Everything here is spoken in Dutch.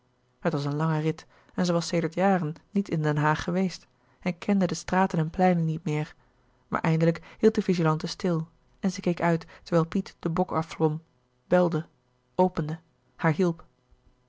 het was een lange rit en zij was sedert jaren niet in den haag geweest en kende de straten en pleinen niet meer maar eindelijk hield de vigilante stil en zij keek uit terwijl piet den bok afklom belde opende haar